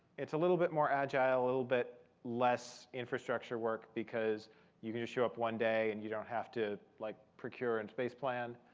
it's a little bit more agile, a little bit less infrastructure work because you can just show up one day, and you don't have to like procure and space plan.